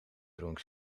dronk